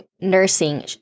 nursing